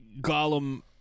Gollum